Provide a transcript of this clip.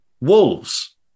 Wolves